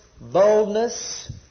boldness